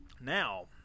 Now